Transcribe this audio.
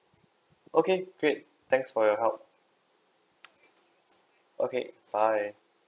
okay great thanks for your help okay bye